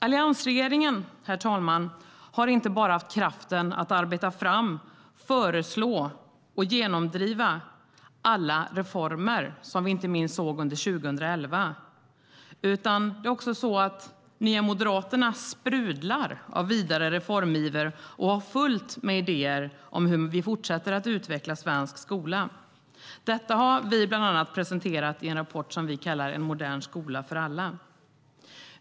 Alliansregeringen har inte bara haft kraften att arbeta fram, föreslå och genomdriva alla de reformer som vi inte minst såg under 2011. Det är också så att Nya moderaterna sprudlar av vidare reformiver och har fullt med idéer om hur vi fortsätter att utveckla svensk skola. Detta har vi bland annat presenterat i en rapport som vi kallar En modern skola för alla .